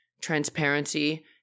transparency